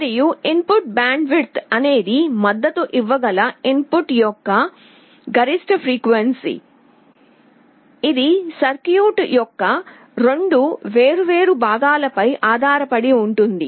మరియు input bandwidth అనేది మద్దతు ఇవ్వగల ఇన్ పుట్ యొక్క గరిష్ట పౌన పున్యం ఇది సర్క్యూట్ యొక్క రెండు వేర్వేరు భాగాలపై ఆధారపడి ఉంటుంది